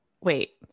wait